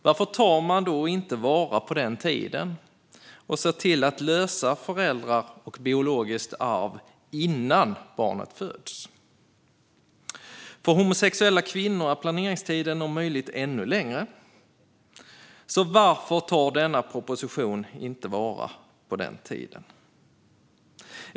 Varför tar man då i propositionen inte vara på den tiden så att frågan om föräldrar och biologiskt arv är löst innan barnet föds? För homosexuella kvinnor är planeringstiden om möjligt ännu längre, så varför tar denna proposition inte vara på den tiden?